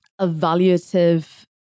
evaluative